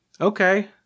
okay